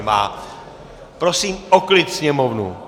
Má. Prosím o klid sněmovnu.